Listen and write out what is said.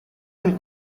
del